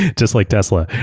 just like tesla,